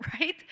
right